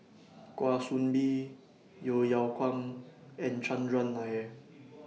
Kwa Soon Bee Yeo Yeow Kwang and Chandran Nair